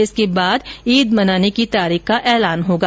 इसके बाद ईद मनाने की तारीख का ऐलान होगा